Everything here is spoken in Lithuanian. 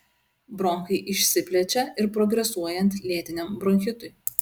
bronchai išsiplečia ir progresuojant lėtiniam bronchitui